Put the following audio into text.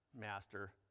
Master